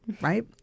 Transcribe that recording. right